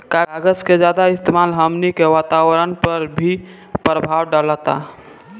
कागज के ज्यादा इस्तेमाल हमनी के वातावरण पर भी प्रभाव डालता